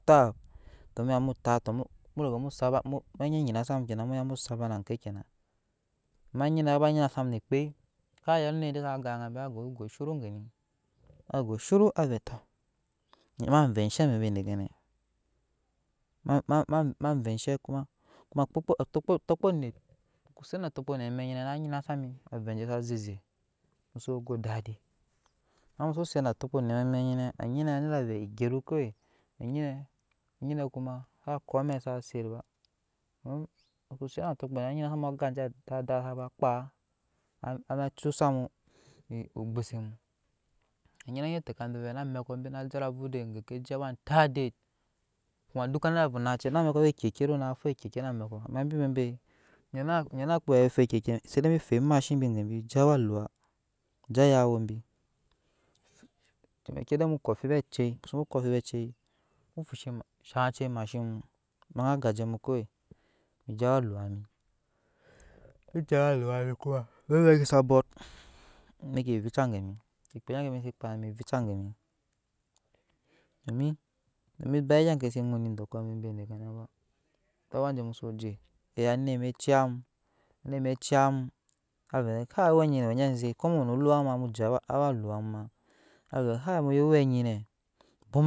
To mu ya mu tap to ni nyi na su mu ovɛɛ mu sabu na ke kyena ama nyi nɛ aba nyina sam nne ekpei ka ya onet sa gan anŋa be kago suru gebe kago zuna avɛɛ ma vɛɛ enshe voivei nɛ ama vɛɛ enshe kuma atokpu net muko set na atokp onet amɛk nyinɛ na nyina zaru aveɛ mu soo go dadi ama mu ko se set na atokpu onet amɛk nyine anyinɛ na vɛɛ egyɛvo kowe nyinɛ anynɛ kuma sa ko amɛk saa set ba mu ko set naalokpaa anet na nyina sam aga sana kpaa aba cucu sam ogbuse mu anyinɛ anyii te kam de vɛɛ ena amɛkɔ be na jara na avoo bike ke je awa etat ede kuma dukka na ovɛɛ onace na amekɔro owe ekiki na amekɔ ama ebi bebe nyɛ na kpaa oyaye foo akiki ze de bi foi emashin bebe bi je awa olua je ayawobi kcimi ki mu ko amfibi acei mu shaŋ acei emashn mu mu je beya agajemu kowe je awa olua mi mika ba je awa lau m kuma mi zeme sɔɔsa abɔk vica gebi kpaa inde bi se kpaa ne vicabi domi domi ba egya ke se ŋun edɔkɔ bɛbɛnɛ ba duk awaje mu sooje mu ya anet ze ciya mu ane ze ciya mu avɛɛ kai wɛ nyi we nyi aziŋ komu we no olua muje awa alua ma avɛɛ kai muya owɛ nyinɛ.